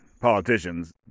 politicians